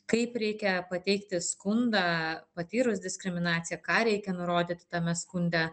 kaip reikia pateikti skundą patyrus diskriminaciją ką reikia nurodyt tame skunde